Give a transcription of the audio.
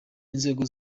inzego